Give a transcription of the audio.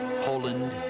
Poland